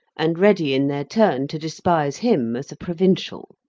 and ready in their turn to despise him as a provincial.